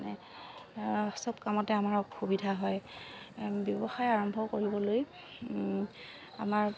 মানে চব কামতে আমাৰ অসুবিধা হয় ব্যৱসায় আৰম্ভ কৰিবলৈ আমাৰ